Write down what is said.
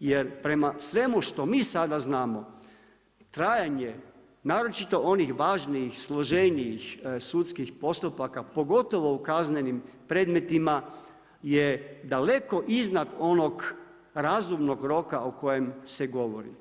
jer prema svemu što mi sada znamo, trajanje naročito onih važnijih, složenijih sudskih postupaka, pogotovo u kaznenim predmetima je daleko iznad onog razumnog roka o kojem se govori.